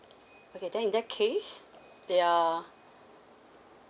okay then in that case the are